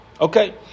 Okay